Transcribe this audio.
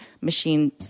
machine